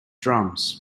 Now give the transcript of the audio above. drums